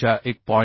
च्या 1